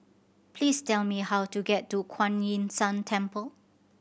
please tell me how to get to Kuan Yin San Temple